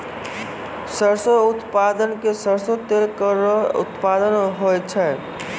सरसों क उत्पादन सें सरसों तेल केरो उत्पादन होय छै